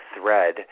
thread